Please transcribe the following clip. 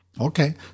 Okay